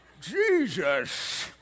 Jesus